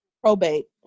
probate